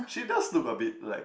she does look a bit like